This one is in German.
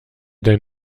dein